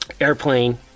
airplane